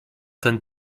ten